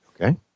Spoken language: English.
Okay